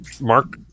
mark